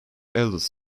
eldest